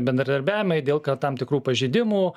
bendradarbiavimai dėl kad tam tikrų pažeidimų